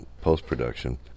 post-production